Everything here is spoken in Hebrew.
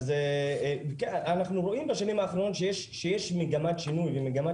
אז אנחנו רואים בשנים האחרונות שיש מגמת שינוי ומגמת